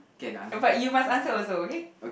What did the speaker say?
uh but you must answer also okay